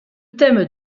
thème